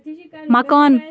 مَکان